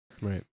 Right